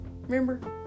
Remember